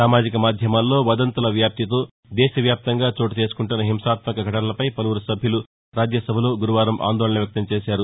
సామాజిక మాధ్యమాల్లో వదంతుల వ్యాప్తితో దేశవ్యాప్తంగా చోటుచేసుకుంటున్న హింసాత్మక ఘటనలపై పలువురు సభ్యులు రాజ్యసభలో గురువారం ఆందోళన వ్యక్తం చేశారు